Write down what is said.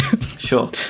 sure